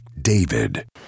David